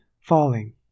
falling